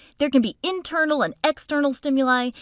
there can be internal and external stimuli.